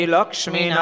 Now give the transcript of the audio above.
Lakshmi